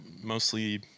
mostly